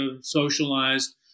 socialized